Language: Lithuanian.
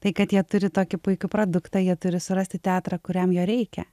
tai kad jie turi tokį puikų produktą jie turi surasti teatrą kuriam jo reikia